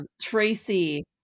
Tracy